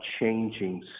changing